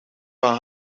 gaan